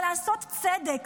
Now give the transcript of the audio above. אבל לעשות צדק